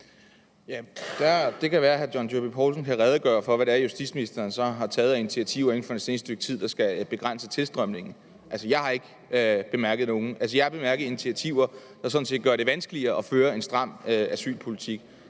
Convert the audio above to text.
Det kan være, at hr. John Dyrby Paulsen kan redegøre for, hvad justitsministeren så har taget af initiativer inden for det seneste stykke tid, der skal begrænse tilstrømningen. Jeg har altså ikke bemærket nogen. Jeg har bemærket initiativer, der sådan set gør det vanskeligere at føre en stram asylpolitik.